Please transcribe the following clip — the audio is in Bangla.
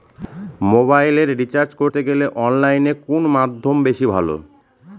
মোবাইলের রিচার্জ করতে গেলে অনলাইনে কোন মাধ্যম বেশি ভালো?